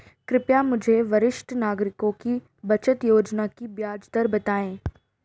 कृपया मुझे वरिष्ठ नागरिकों की बचत योजना की ब्याज दर बताएं